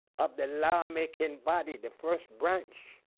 of the law making body, the first branch,